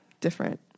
Different